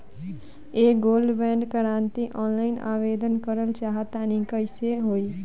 हम gold bond करंति offline आवेदन करल चाह तनि कइसे होई?